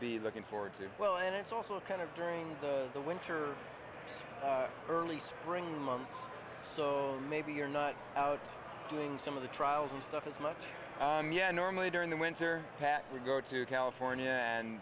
be looking forward to well and it's also kind of during the winter early spring month so maybe you're not out doing some of the trials and stuff as much normally during the winter pack we go to california and